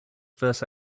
verse